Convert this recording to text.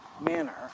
manner